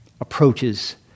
Approaches